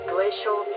Glacial